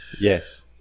Yes